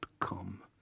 come